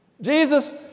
Jesus